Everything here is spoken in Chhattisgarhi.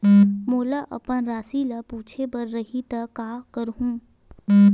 मोला अपन राशि ल पूछे बर रही त का करहूं?